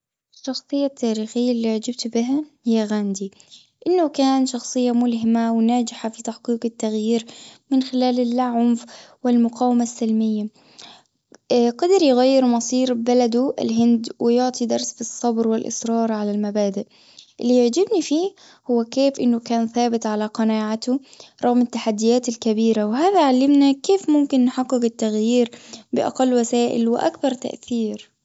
الشخصية التاريخية اللي أعجبت بها هي غاندي. أنه كان شخصية ملهمة وناجحة في تحقيق التغيير. من خلال اللأ عنف والمقاومة السلمية. اه قدر يغير مصيره ببلده الهند ويعطي درس الصبر والأصرار على المبادئ. اللي يعجبني فيه هو كيف أنه كان ثابت على قناعته؟ رغم التحديات الكبيرة. وهذا علمنا كيف ممكن نحقق التغيير بإقل وسائل وأكبر تأثير.